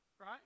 Right